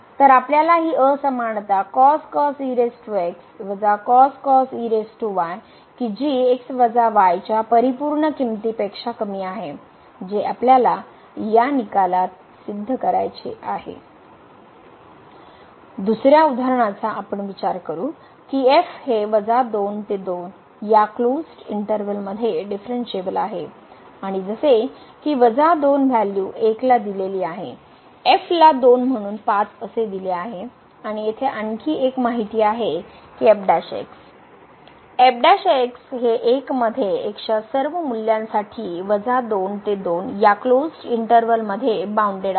तर आपल्याला ही असमानता कि जी च्या परिपूर्ण किंमतीपेक्षा कमी आहे जे आपल्याला या निकालात सिद्ध करायचे आहे दुसरया उदाहरणाचा आपण विचार करू की हे 2 ते 2 या क्लोज्ड इंटर्वल मध्ये डिफरणशिएबल आहे आणि जसे की 2 व्हॅल्यू 1 ला दिलेली आहे f ला 2 म्हणून 5 असे दिले आहे आणि येथे आणखी एक माहिती आहे की f हे 1 मध्ये x च्या सर्व मूल्यांसाठी २ ते २ या क्लोज्ड इंटर्वल मध्ये बाउनडेड आहे